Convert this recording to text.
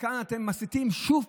וכאן אתם מסיתים שוב,